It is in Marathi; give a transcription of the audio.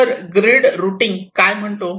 तर ग्रीड रूटिंग काय म्हणतो